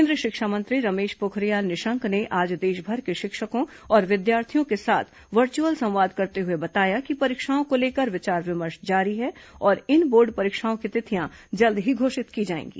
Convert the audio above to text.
केंद्रीय शिक्षा मंत्री रमेश पोखरियाल निशंक ने आज देशभर के शिक्षकों और विद्यार्थियों के साथ वर्चुअल संवाद करते हुए बताया कि परीक्षाओं को लेकर विचार विमर्श जारी है और इन बोर्ड परीक्षाओं की तिथियां जल्द ही घोषित की जाएंगी